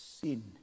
sin